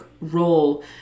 role